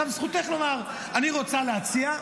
עכשיו, זכותך לומר: אני רוצה להציע.